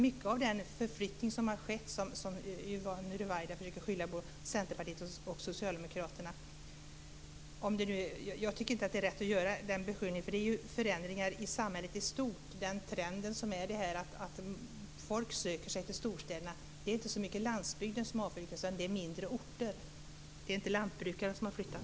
Det är inte rätt skylla på Centerpartiet och Socialdemokraterna för den förflyttning som har skett, vilket Yvonne Ruwaida försöker göra. Trenden att folk söker sig till storstäderna har att göra med förändringar i samhället i stort. Det är inte bara landsbygden som avfolkas utan även mindre orter. Det är inte lantbrukaren som flyttat.